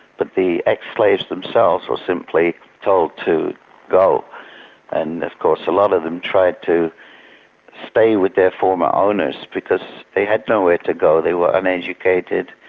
but the ex-slaves themselves were so simply told to go and of course a lot of them tried to stay with their former owners because they had nowhere to go. they were uneducated,